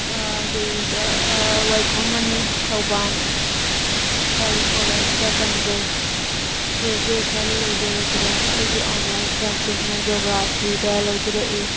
ꯀꯩꯗ ꯋꯥꯏꯈꯣꯝ ꯃꯅꯤ ꯊꯧꯕꯥꯟ ꯒꯥꯔꯜ ꯀꯣꯂꯦꯖꯇ ꯇꯝꯖꯩ ꯒ꯭ꯔꯦꯖꯨꯑꯦꯁꯟ ꯂꯣꯏꯖꯩ ꯑꯗꯨꯗ ꯑꯩꯒꯤ ꯑꯣꯟꯅꯔꯁ ꯁꯕꯖꯦꯛꯅ ꯖꯣꯒ꯭ꯔꯥꯐꯤꯗ ꯂꯧꯖꯔꯛꯏ